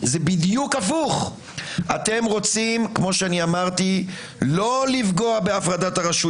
זה שבג"ץ לא יתערב מעבר לקו הירוק.